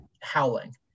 howling